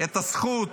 את הזכות